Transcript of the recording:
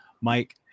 Mike